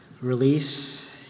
release